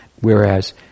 Whereas